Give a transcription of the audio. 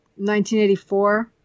1984